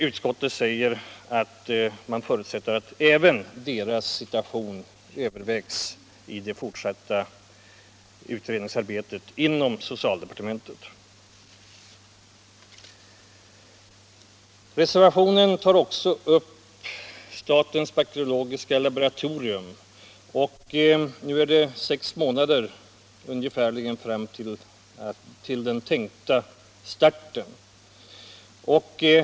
Utskottet förutsätter att även deras situation övervägs vid det fortsatta utredningsarbetet inom socialdepartementet. I reservationen 2 tas också upp statens bakteriologiska laboratorium. Det återstår nu ungefär sex månader till den tänkta starten av en enhet vid SBL för bekämpning av sjukhusinfektioner.